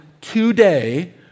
today